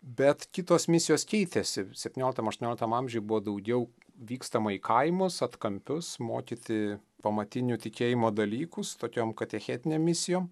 bet kitos misijos keitėsi septyniolikam aštuoniolikam amžiuj buvo daugiau vykstama į kaimus atkampius mokyti pamatinių tikėjimo dalykų su tokiom katechetinėm misijom